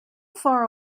far